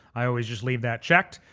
i always just leave that checked.